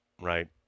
right